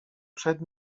przed